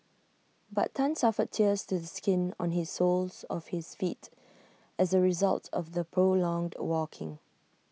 but Tan suffered tears to the skin on his soles of his feet as A result of the prolonged walking